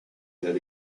bed